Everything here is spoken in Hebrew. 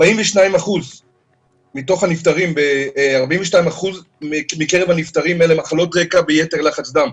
42% מקרב הנפטרים, אלה מחלות רקע ויתר לחץ דם.